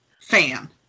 fan